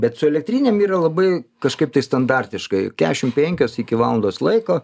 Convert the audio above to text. bet su elektrinėm yra labai kažkaip tai standartiškai kešim penkios iki valandos laiko